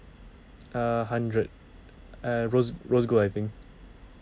err hundred err rose rose gold I think